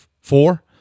Four